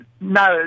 no